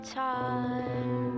time